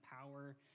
power